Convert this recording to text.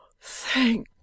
Thank